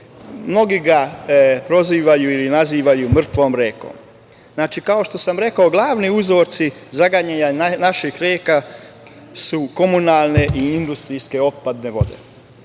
Mnogi je prozivaju i nazivaju mrtvom rekom. Kao što sam rekao, glavni uzroci zagađenja naših reka su komunalne i industrijske otpadne vode.